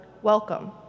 welcome